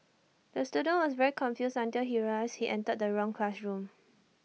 the student was very confused until he realised he entered the wrong classroom